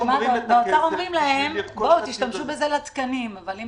באוצר אומרים להם: בואו, תשתמשו בזה לתקנים.